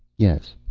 yes.